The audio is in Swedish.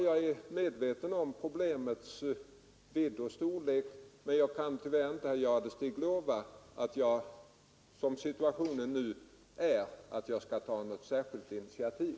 Jag är medveten om problemets vidd, men som situationen nu är kan jag tyvärr inte lova herr Jadestig att jag skall ta något särskilt initiativ